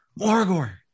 Morgor